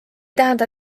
tähenda